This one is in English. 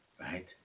Right